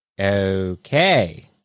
okay